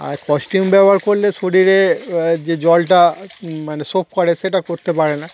আর costume ব্যবহার করলে শরীরে যে জলটা মানে শোপ করে সেটা করতে পারে না